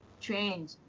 change